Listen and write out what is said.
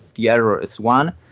the error is one.